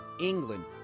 England